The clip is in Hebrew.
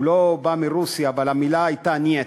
הוא לא בא מרוסיה, אבל המילה הייתה "נייט"